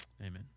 Amen